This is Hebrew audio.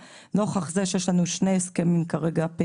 נוכח זה שיש לנו כרגע שני הסכמים פעילים,